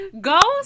ghost